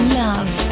love